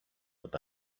that